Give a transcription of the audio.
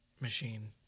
machine